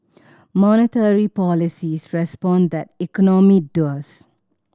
monetary policies respond tat economy does